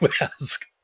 ask